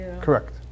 Correct